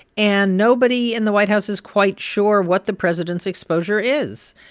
and nobody in the white house is quite sure what the president's exposure is.